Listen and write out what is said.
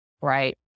right